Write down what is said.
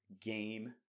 game